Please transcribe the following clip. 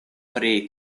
pri